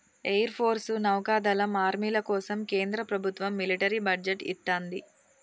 air force, నౌకాదళం, ఆర్మీల కోసం కేంద్ర ప్రభత్వం మిలిటరీ బడ్జెట్ ఇత్తంది